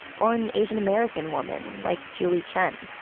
or an asian american woman like julie chen,